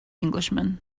englishman